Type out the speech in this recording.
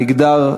מגדר,